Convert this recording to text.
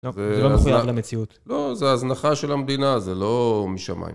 זה לא מוכרח למציאות, לא זה ההזנחה של המדינה זה לא משמיים